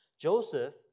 Joseph